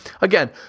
Again